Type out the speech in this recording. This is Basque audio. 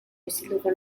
isilduko